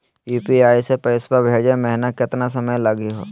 UPI स पैसवा भेजै महिना केतना समय लगही हो?